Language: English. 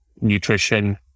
nutrition